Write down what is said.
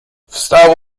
wstał